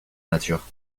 nature